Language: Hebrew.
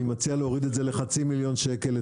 אני מציע להוריד את זה ל- 0.5 מיליון שקל,